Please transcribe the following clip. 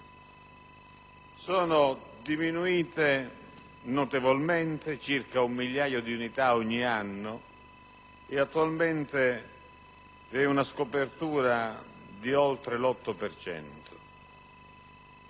sono diminuite notevolmente, di circa un migliaio di unità ogni anno, e che attualmente vi è una scopertura di oltre l'8